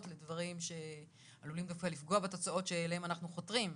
לדברים שעלולים דווקא לפגוע בתוצאות שאליהן אנחנו חותרים.